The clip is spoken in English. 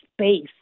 space